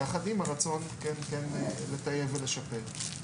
יחד עם הרצון לטייב ולשפר.